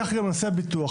כך גם נושא הביטוח,